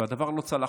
והדבר לא צלח.